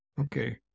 okay